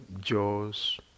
jaws